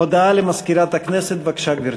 הודעה למזכירת הכנסת, בבקשה, גברתי.